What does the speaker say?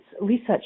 research